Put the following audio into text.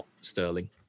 Sterling